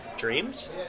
Dreams